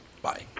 Bye